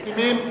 מסכימים?